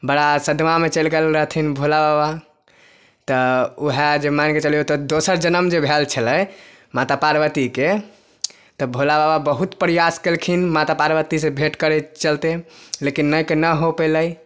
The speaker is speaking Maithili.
बड़ा सदमा मे चैल गेल रहथिन भोलाबाबा तऽ ओहए जे माइन के चलियौ तऽ दोसर जनम जे भएल छलै माता पार्वती के तऽ भोलाबाबा बहुत प्रयास केलखिन माता पार्वती से भेट करै चलते लेकिन नै के नऽ हो पेलै